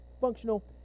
Functional